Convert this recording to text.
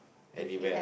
anywhere